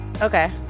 okay